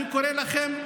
אני קורא לכם,